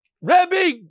Rabbi